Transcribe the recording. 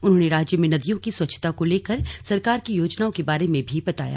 उन्होंने राज्य में नदियों की स्वच्छता को लेकर सरकार की योजनाओं के बारे में भी बताया